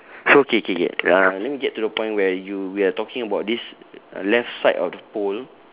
so okay okay okay uh let me get to the point where you we are talking about this left side of the pole